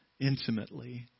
intimately